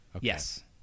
Yes